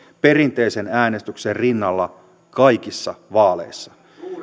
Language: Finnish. perinteisen äänestyksen rinnalla kaikissa vaaleissa